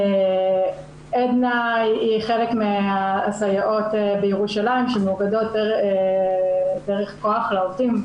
עדנה היא חלק מהסייעות בירושלים שמאוגדות דרך כוח לעובדים.